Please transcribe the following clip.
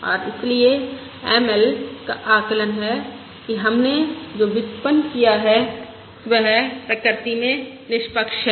और इसलिए एमएल का आकलन है कि हमने जो व्युत्पन्न किया है वह प्रकृति में निष्पक्ष है